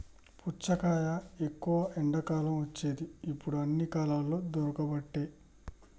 పుచ్చకాయ ఎక్కువ ఎండాకాలం వచ్చేది ఇప్పుడు అన్ని కాలాలల్ల దొరుకబట్టె